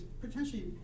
potentially